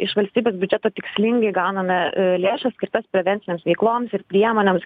iš valstybės biudžeto tikslingai gauname lėšas skirtas prevencinėms veikloms ir priemonėms